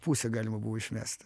pusę galima buvo išmest